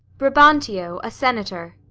brabantio, a senator.